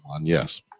Yes